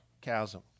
chasm